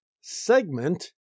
segment